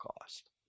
cost